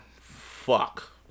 Fuck